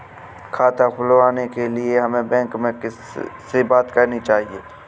खाता खुलवाने के लिए हमें बैंक में किससे बात करनी चाहिए?